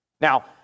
Now